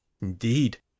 Indeed